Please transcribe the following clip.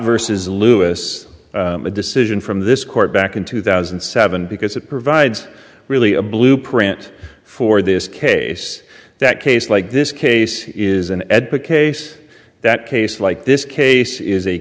versus lewis a decision from this court back in two thousand and seven because it provides really a blueprint for this case that case like this case is an epic case that case like this case is a